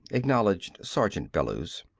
acknowledged sergeant bellews.